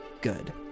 good